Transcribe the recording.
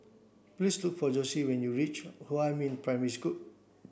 please to for Josie when you reach Huamin Primary School